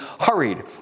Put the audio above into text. hurried